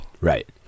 Right